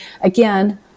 again